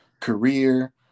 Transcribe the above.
career